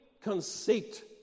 conceit